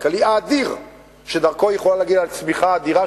הכלכלי האדיר שדרכו היא יכולה להגיע לצמיחה אדירה,